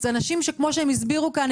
זה אנשים שכמו שהם הסבירו כאן,